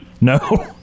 no